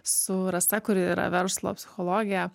su rasa kuri yra verslo psichologija